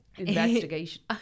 Investigation